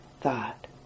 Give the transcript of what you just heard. thought